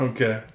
Okay